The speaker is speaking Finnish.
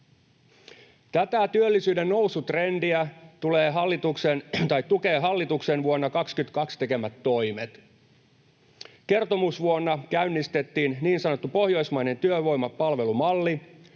Tätä työllisyyden nousutrendiä tukevat hallituksen vuonna 22 tekemät toimet. Kertomusvuonna käynnistettiin niin sanottu pohjoismainen työvoimapalvelumalli.